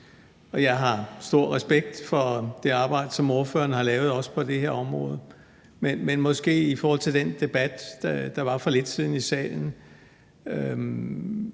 jeg har stor respekt for det arbejde, som ordføreren har lavet også på det her område. Men i forhold til den debat, der var for lidt siden i salen,